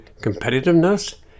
competitiveness